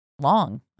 long